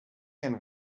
can